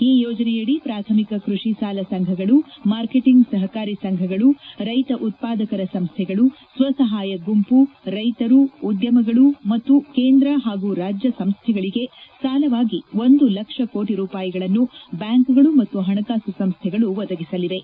ಈ ಯೋಜನೆಯಡಿ ಪ್ರಾಥಮಿಕ ಕೃಷಿ ಸಾಲ ಸಂಘಗಳು ಮಾರ್ಕೆಟಿಂಗ್ ಸಹಕಾರಿ ಸಂಘಗಳು ರೈತ ಉತ್ಯಾದಕರ ಸಂಸ್ತೆಗಳು ಸ್ತಸಹಾಯ ಗುಂಪು ರೈತರು ಉದ್ಯಮಗಳು ಮತ್ತು ಕೇಂದ ಮತ್ತು ರಾಜ್ಯ ಸಂಸ್ಡೆಗಳಿಗೆ ಸಾಲವಾಗಿ ಒಂದು ಲಕ್ಷ ಕೋಟಿ ರೂಪಾಯಿಗಳನ್ನು ಬ್ಯಾಂಕುಗಳು ಮತ್ತು ಹಣಕಾಸು ಸಂಸ್ಥೆಗಳು ಒದಗಿಸಲಿವೆ